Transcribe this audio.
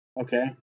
Okay